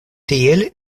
tiel